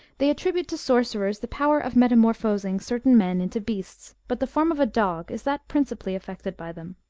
they attribute to sorcerers the power of metamorphosing certain men into beasts, but the form of a dog is that principally affected by them.